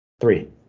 three